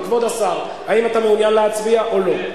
כבוד השר, האם אתה מעוניין להצביע או לא?